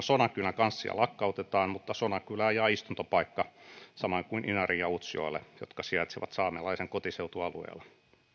sodankylän kanslia lakkautetaan mutta sodankylään jää istuntopaikka samoin kuin inariin ja utsjoelle jotka sijaitsevat saamelaisten kotiseutualueella